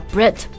Brit